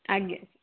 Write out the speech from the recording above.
ଆଜ୍ଞା